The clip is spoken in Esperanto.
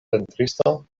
pentristo